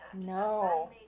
No